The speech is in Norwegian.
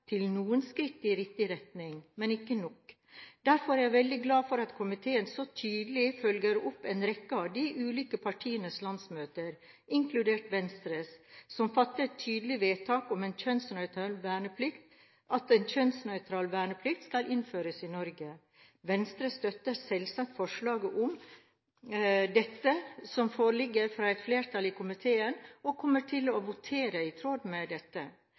til noen skritt i riktig retning – men ikke nok. Derfor er jeg veldig glad for at komiteen så tydelig følger opp en rekke av de ulike partienes landsmøter, inkludert Venstres, som fattet tydelige vedtak om at kjønnsnøytral verneplikt skal innføres i Norge. Venstre støtter selvsagt dette forslaget som foreligger fra et flertall i komiteen, og kommer til å votere i tråd med det. Jeg slutter meg for øvrig til det tidligere talere har sagt om at dette